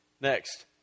Next